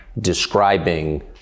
describing